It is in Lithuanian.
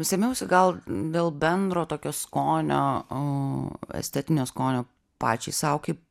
sėmiausi gal dėl bendro tokio skonio estetinio skonio pačiai sau kaip